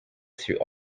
through